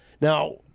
Now